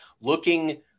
looking